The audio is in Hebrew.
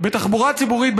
בתחבורה ציבורית,